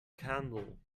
candle